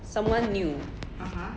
someone new